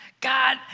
God